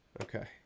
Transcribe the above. Okay